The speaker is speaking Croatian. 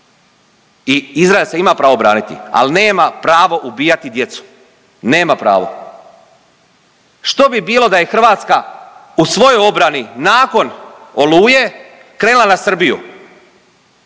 i Izrael se ima pravo braniti, ali nema pravo ubijati djecu. Nema pravo. Što bi bilo da je Hrvatska u svojoj obrani nakon Oluje krenula na Srbiju?